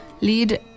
Lead